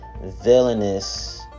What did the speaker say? villainous